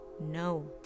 No